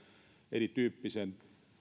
erityyppiset